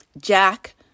jack